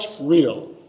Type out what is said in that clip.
real